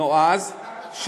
נועז,